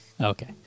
Okay